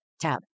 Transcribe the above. tab